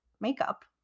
makeup